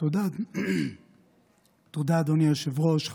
תודה, אדוני היושב-ראש.